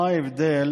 מה ההבדל